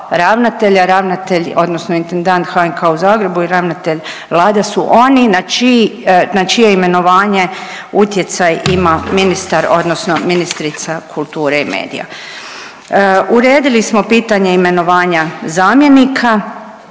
ravnatelja, ravnatelj odnosno intendant HNK u Zagrebu i ravnatelja LADO-a su oni na čije imenovanje utjecaj ima ministar odnosno ministrica kulture i medija. Uredili smo pitanje imenovanja zamjenika,